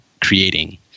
creating